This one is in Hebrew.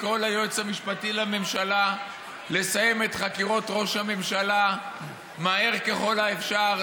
לקרוא ליועץ המשפטי לממשלה לסיים את חקירות ראש הממשלה מהר ככל האפשר,